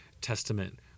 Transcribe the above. Testament